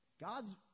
God's